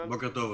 בוקר טוב.